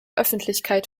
öffentlichkeit